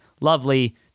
Lovely